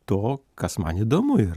to kas man įdomu yra